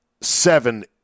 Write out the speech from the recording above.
seven